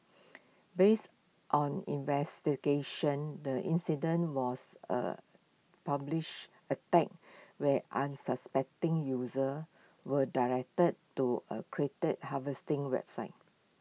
based on investigations the incident was A publish attack where unsuspecting users were directed to A harvesting website